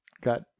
got